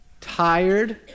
tired